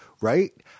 right